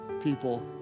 people